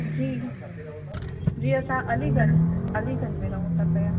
जी जी असां अलीगंज अलीगंज में रहू था पिया